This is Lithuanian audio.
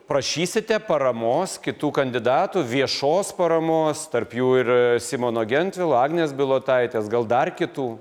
prašysite paramos kitų kandidatų viešos paramos tarp jų ir simono gentvilo agnės bilotaitės gal dar kitų